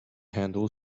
handle